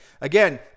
Again